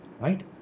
right